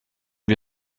wie